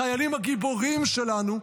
החיילים הגיבורים שלנו,